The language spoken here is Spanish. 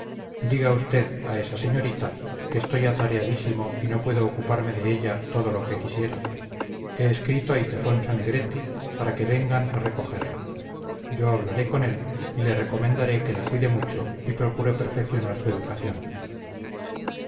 diga usted a esa señorita que estoy atareadísimo y no puedo ocuparme de ella todo lo que quisiera he escrito a ildefonso negretti para que vengan a recogerla yo hablaré con él y le recomendaré que la cuide mucho y procure perfeccionar su educación